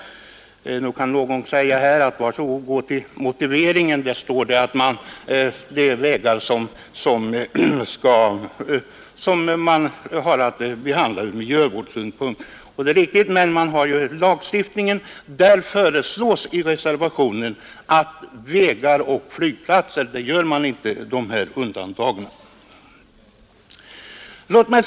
Nog kan någon säga att var så god och gå till motiveringen. Där står att vid alla vägprojekt måste även miljösynpunkterna beaktas. Det är riktigt. Men man har ju lagstiftningen. I reservationen föreslås alltså att vägar och flygplatser inte skall omfattas av undantagsbestämmelsen i miljöskyddslagen.